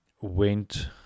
went